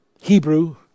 Hebrew